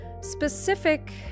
specific